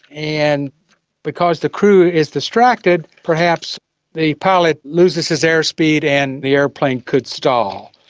and because the crew is distracted, perhaps the pilot loses his airspeed and the aeroplane could stall.